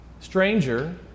stranger